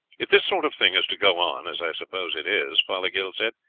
if this sort of thing is to go on, as i suppose it is, fothergill said,